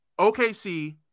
OKC